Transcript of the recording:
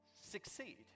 succeed